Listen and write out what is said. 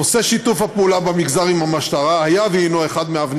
נושא שיתוף הפעולה במגזר עם המשטרה היה והִנו אחד מאבני